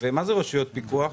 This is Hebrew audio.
מה זה רשויות פיקוח?